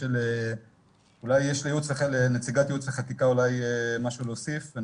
אולי יש לנציגת ייעוץ וחקיקה משהו להוסיף.